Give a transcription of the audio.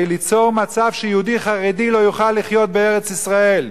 ליצור מצב שיהודי חרדי לא יוכל לחיות בארץ-ישראל,